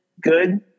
good